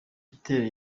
imiterere